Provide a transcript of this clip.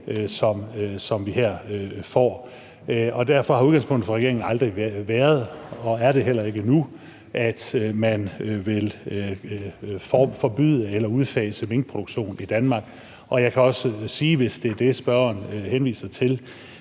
tab, vi her får. Derfor har udgangspunktet for regeringen aldrig været og er det heller ikke nu, at man vil forbyde eller udfase minkproduktionen i Danmark. Og jeg kan også sige, hvis det er det, spørgeren henviser til,